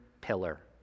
pillar